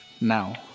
now